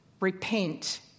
Repent